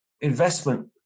investment